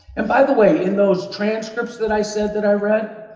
and by the way, in those transcripts that i said that i read,